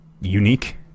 unique